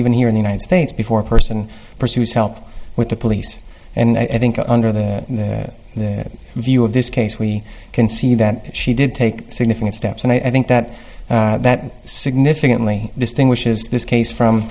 even here in the united states before person pursues help with the police and i think under the the view of this case we can see that she did take significant steps and i think that that significantly distinguishes this case from